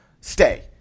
Stay